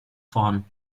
vorn